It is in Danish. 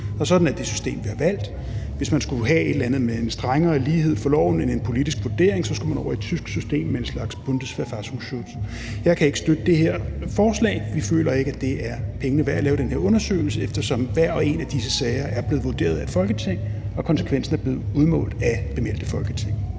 og sådan er det system, der er valgt. Hvis man skulle have et eller andet med en strengere lighed for loven end en politisk vurdering, skulle man over i det tyske system med en slags bundesverfassungsschutz. Vi kan ikke støtte det her forslag. Vi føler ikke, at det er pengene værd at lave den her undersøgelse, eftersom hver og en af disse sager er blevet vurderet af et Folketing og konsekvensen er blevet udmålt af bemeldte Folketing.